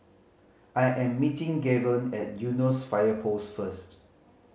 I am meeting Gaven at Eunos Fire Post first